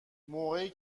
موقعی